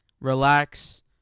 Relax